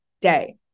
day